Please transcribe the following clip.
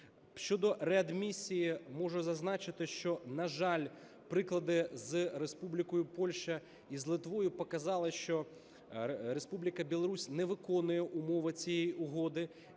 Щодо реадмісії можу зазначити, що, на жаль, приклади з Республікою Польща і з Литвою показали, що Республіка Білорусь не виконує умови цієї угоди,